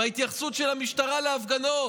בהתייחסות של המשטרה להפגנות,